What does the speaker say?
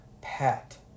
pet